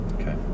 Okay